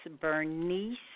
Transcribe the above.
Bernice